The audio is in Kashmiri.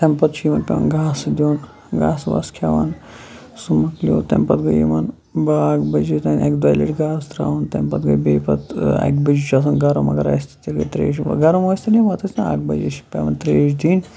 امہِ پَتہٕ چھُ یِمَن پیٚوان گاسہٕ دیُن گاسہٕ واسہٕ کھیٚوان سُہ مۄکلیٚو تمہِ پَتہٕ گٔیہِ یِمَن باغ بَجِیٖتَن اکہِ دۄیہِ لَٹہِ گاسہٕ تراوُن تمہِ پَتہٕ گٔے بیٚیہِ پَتہٕ اکہِ بَجہِ چھُ آسان گَرَم مَگَر اَسہِ چھِ تیٚلہِ تہِ تریش گَرم ٲسۍ تَن یا مَتہٕ ٲسۍ تَن اَکھ بَجے چھِ پیٚوان تریش دِنۍ